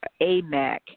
AMAC